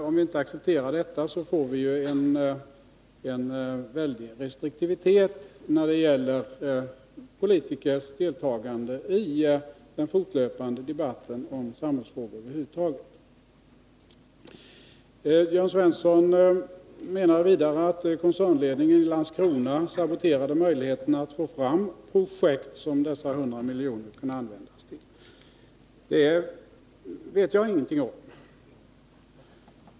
Om vi inte accepterar det, får vi en väldig restriktivitet när det gäller politikers deltagande i den fortlöpande debatten i samhällsfrågor över huvud taget. Jörn Svensson menade vidare att koncernledningen i Landskrona saboterat möjligheterna att få fram projekt som de hundra miljonerna kunde användas till. Det vet jag ingenting om.